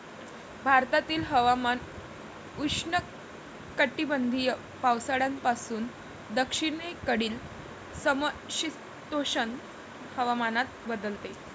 भारतातील हवामान उष्णकटिबंधीय पावसाळ्यापासून दक्षिणेकडील समशीतोष्ण हवामानात बदलते